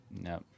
Nope